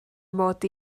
mod